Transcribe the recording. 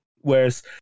Whereas